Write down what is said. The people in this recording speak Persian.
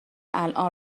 الان